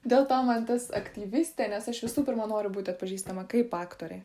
dėl to man tas aktyvistė nes aš visų pirma noriu būti atpažįstama kaip aktorė